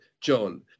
John